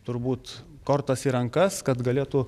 turbūt kortas į rankas kad galėtų